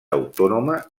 autònoma